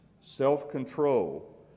self-control